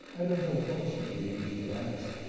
i don't know what she believed at the last.